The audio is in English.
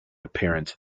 appearance